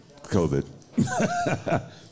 COVID